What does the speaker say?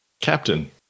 Captain